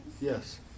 Yes